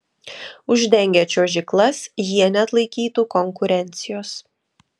uždengę čiuožyklas jie neatlaikytų konkurencijos